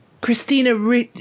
Christina